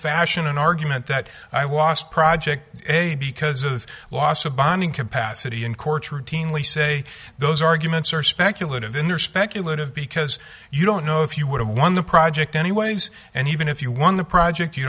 fashion an argument that i wast project because of loss of bonding capacity in courts routinely say those arguments are speculative in your speculative because you don't know if you would have won the project anyways and even if you won the project you